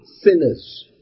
sinners